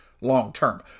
long-term